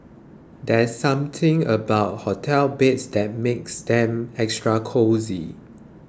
there's something about hotel beds that makes them extra cosy